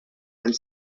and